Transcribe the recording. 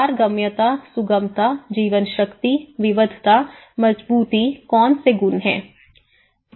पारगम्यता सुगमता जीवन शक्ति विविधता मजबूती कौन से गुण है